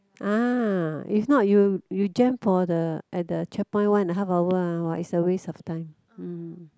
uh if not you you jam for the at the checkpoint one and a half hour ah !wah! is a waste of time um